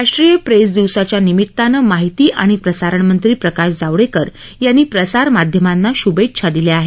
राष्ट्रीय प्रेस दिवसाच्या निमित्तानं माहिती आणि प्रसारण मंत्री प्रकाश जावडेकर यांनी प्रसार माध्यमांना श्भेच्छा दिल्या आहेत